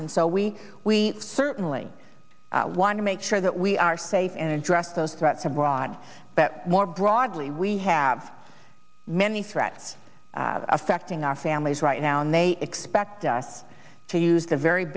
and so we we certainly want to make sure that we are safe and address those threats abroad but more broadly we have many threats affecting our families right now and they expect us to use the very